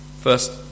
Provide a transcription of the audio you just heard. First